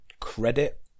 credit